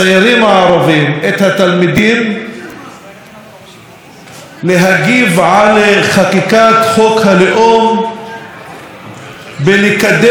להגיב על חקיקת חוק הלאום ולקדם את מעמדה של שפת האם שלהם,